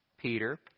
Peter